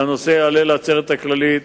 לדעתי, שהנושא יעלה לעצרת הכללית,